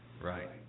Right